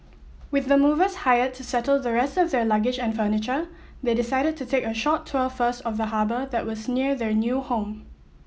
with the movers hired to settle the rest of their luggage and furniture they decided to take a short tour first of the harbour that was near their new home